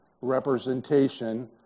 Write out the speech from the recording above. representation